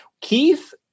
Keith